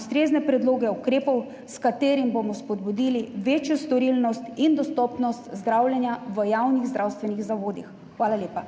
ustrezne predloge ukrepov, s katerim bomo spodbudili večjo storilnost in dostopnost zdravljenja v javnih zdravstvenih zavodih. Hvala lepa.